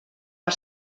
per